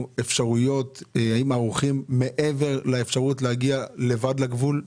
האם ערוכים מעבר לאפשרות להגיע לבד לגבול?